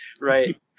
Right